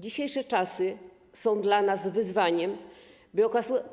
Dzisiejsze czasy są dla nas wyzwaniem, by